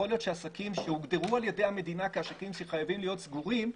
יכול להיות שעסקים שהוגדרו על ידי המדינה כעסקים שחייבים להיות סגורים,